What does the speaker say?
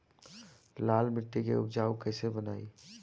लाल मिट्टी के उपजाऊ कैसे बनाई?